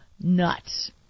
nuts